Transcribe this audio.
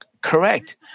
correct